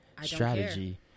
strategy